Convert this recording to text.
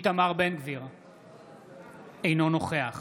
אינו נוכח